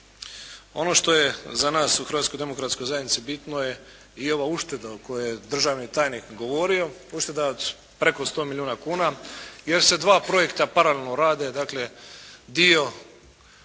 demokratskoj zajednici bitno je i ova ušteda o kojoj je državni tajnik govorio, ušteda preko 100 milijuna kuna, jer se dva projekta paralelno rade. Dakle, dio